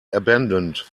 abandoned